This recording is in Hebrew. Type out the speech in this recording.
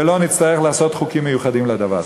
ולא נצטרך לעשות חוקים מיוחדים לדבר.